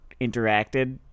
interacted